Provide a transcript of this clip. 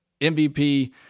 MVP